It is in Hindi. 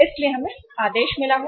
इसलिए हमें आदेश मिला है